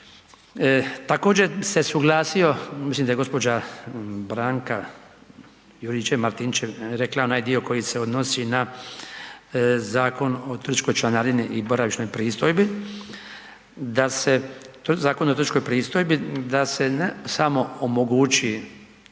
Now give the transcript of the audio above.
Također bi se usuglasio, mislim da je gđa. Branka Juričev Martinčev rekla onaj dio koji se odnosi na Zakon o turističkoj članarini i boravišnoj pristojbi, da se, Zakon o